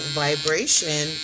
vibration